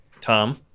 Tom